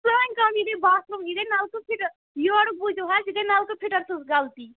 سٲنۍ کٲم یہِ گٔے باتھ روٗم یہِ گٔے نَلکہٕ فِٹر یوٚرُک بوٗزِو حظ یہِ گٔے نَلکہٕ فِٹر سٕنٛز غلطی